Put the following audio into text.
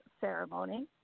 ceremony